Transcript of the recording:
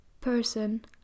person